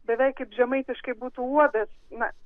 beveik kaip žemaitiškai būtų uodas na